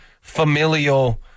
familial